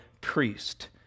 priest